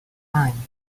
mine